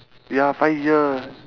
ya five year